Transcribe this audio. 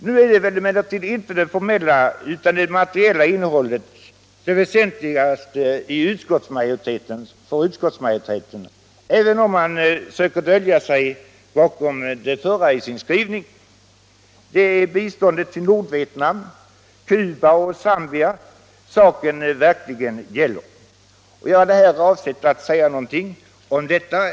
Nu är det emellertid inte det formella utan det materiella innehållet som är det väsentligaste för utskottsmajoriteten, även om man söker dölja sig bakom det förra i sin skrivning. Det är biståndet till Nordvietnam, Cuba och Zambia saken verkligen gäller. Jag hade här avsett att säga någonting om detta.